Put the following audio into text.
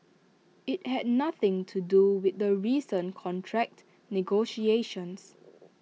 IT had nothing to do with the recent contract negotiations